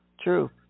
True